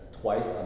twice